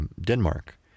Denmark